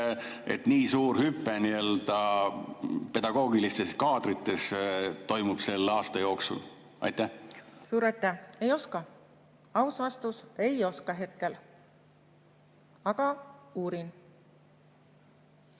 et nii suur hüpe nii-öelda pedagoogilistes kaadrites toimub selle aasta jooksul? Suur aitäh! Ei oska. Aus vastus: ei oska hetkel. Aga uurin.